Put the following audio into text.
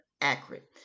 accurate